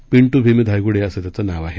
पिंटू भिमू धायगुडे असं त्याचं नाव आहे